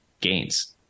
gains